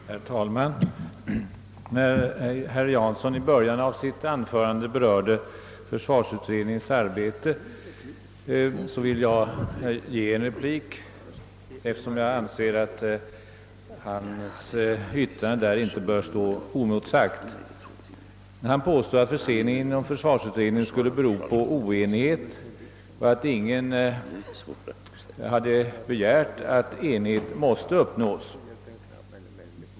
Herr talman! Jag vill här ge en replik med anledning av vad herr Jansson sade i början av sitt anförande då han berörde försvarsutredningens arbete. Jag anser att hans yttrande där inte bör stå oemotsagt då han påstår att förseningen inom =: försvarsutredningen skulle bero på oenighet och att ingen hade begärt att enighet måste uppnås.